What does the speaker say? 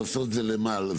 מדפסות זה למה?